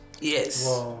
Yes